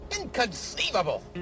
Inconceivable